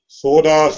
soda